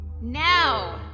Now